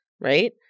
right